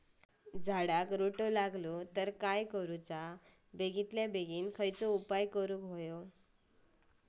झाडाक रोटो लागलो तर काय करुचा बेगितल्या बेगीन कसलो उपाय करूचो?